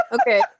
Okay